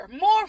more